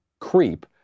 creep